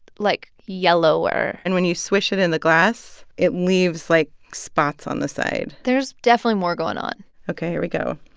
like, yellower and when you swish it in the glass, it leaves, like, spots on the side there's definitely more going on ok. here we go.